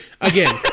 Again